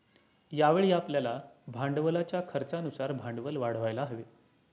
यावेळी आपल्याला भांडवलाच्या खर्चानुसार भांडवल वाढवायला हवे